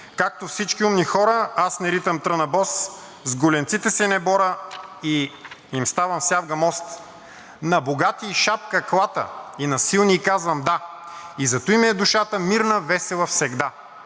Както всички умни хора, аз не ритам тръна бос, с големците се не бора и им ставам сявга мост. На богатий шапка клата и на силний казвам: да! И затуй ми е душата мирна, весела всегда.